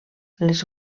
les